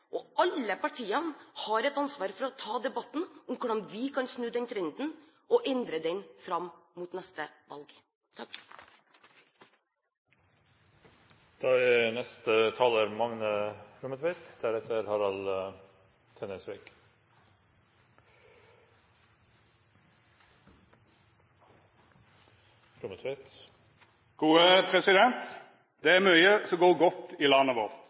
over. Alle partiene har et ansvar for å ta debatten om hvordan vi kan snu den trenden og endre den fram mot neste valg. Det er mykje som går godt i landet vårt.